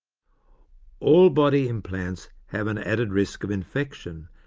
all body implants have an added risk of infection,